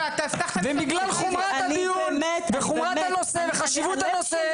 ובגלל חומרת הדיון וחומרת הנושא, חשיבות הנושא.